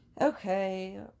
Okay